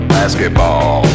Basketball